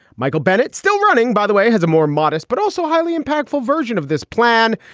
michael bennett, still running, by the way, has a more modest but also highly impactful version of this plan,